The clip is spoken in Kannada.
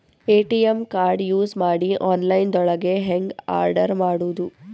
ಎ.ಟಿ.ಎಂ ಕಾರ್ಡ್ ಯೂಸ್ ಮಾಡಿ ಆನ್ಲೈನ್ ದೊಳಗೆ ಹೆಂಗ್ ಆರ್ಡರ್ ಮಾಡುದು?